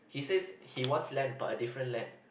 he says he wants land but a different land